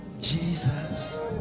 Jesus